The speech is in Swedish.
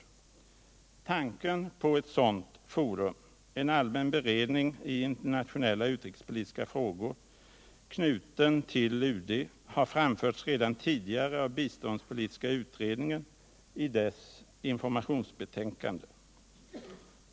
Tanken på ett sådant forum, en till UD knuten allmän beredning i internationella och utrikespolitiska frågor, har framförts redan tidigare av biståndspolitiska utredningen i dess informationsbetiänkande.